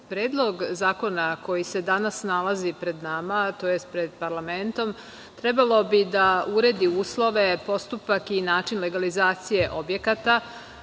Predlog zakona koji se danas nalazi pred nama, a to jest pred parlamentom, trebalo bi da uredi uslove, postupak i način legalizacije objekata,